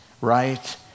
right